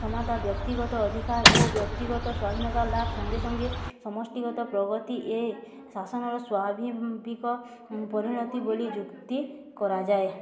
ସମାତା ବ୍ୟକ୍ତିଗତ ଅଧିକାର ଓ ବ୍ୟକ୍ତିଗତ ସ୍ଵାଧୀନତା ଲାଭ୍ ସଙ୍ଗେ ସଙ୍ଗେ ସମଷ୍ଟିଗତ ପ୍ରଗତି ଏ ଶାସନର ସ୍ୱାଭିବିକ ପରିଣତି ବୋଲି ଯୁକ୍ତି କରାଯାଏ